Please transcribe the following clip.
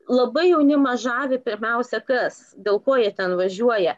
labai jaunimą žavi pirmiausia kas dėl ko jie ten važiuoja